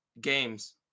games